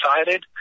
excited